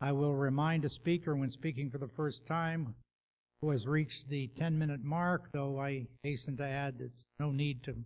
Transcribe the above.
i will remind a speaker when speaking for the first time who has reached the ten minute mark though i hasten to add that no need to